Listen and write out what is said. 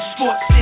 Sports